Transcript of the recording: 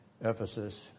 Ephesus